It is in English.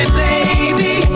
baby